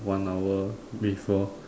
one hour before